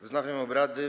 Wznawiam obrady.